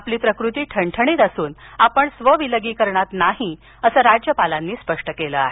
आपली प्रकृती ठणठणीत असून आपण स्व विलगीकरणात नाही अस राज्यपालांनी स्पष्ट केलं आहे